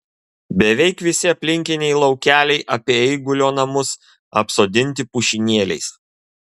beveik visi aplinkiniai laukeliai apie eigulio namus apsodinti pušynėliais